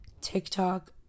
TikTok